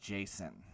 Jason